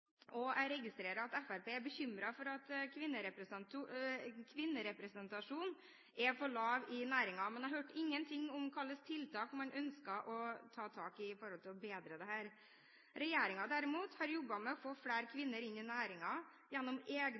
næringen. Jeg registrerer at Fremskrittspartiet er bekymret for at kvinnerepresentasjonen er for lav i næringen, men jeg hørte ingenting om hvilke tiltak man ønsker å ta tak i for å bedre dette. Regjeringen, derimot, har jobbet med å få flere kvinner inn i næringen gjennom egne